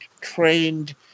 trained